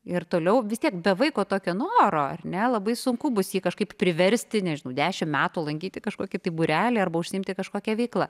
ir toliau vis tiek be vaiko tokio noro ar ne labai sunku bus jį kažkaip priversti nežinau dešimt metų lankyti kažkokį tai būrelį arba užsiimti kažkokia veikla